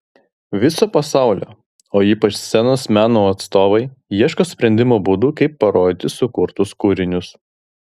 viso pasaulio o ypač scenos menų atstovai ieško sprendimo būdų kaip parodyti sukurtus kūrinius